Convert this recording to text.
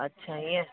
अच्छा हीअं